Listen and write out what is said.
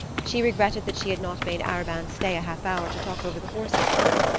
she regretted that she had not made arobin stay a half hour to talk over the horses with her.